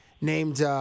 named –